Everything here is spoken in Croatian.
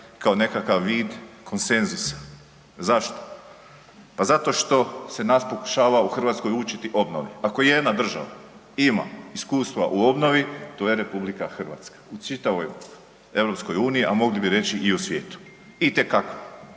kao nekakav vid konsenzusa. Zašto? Pa zato što se nas pokušava u Hrvatskoj učiti obnovi. Ako jedna država ima iskustva u obnovi, to je RH u čitavoj EU, a mogli bi reći i u svijetu, itekako,